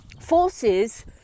forces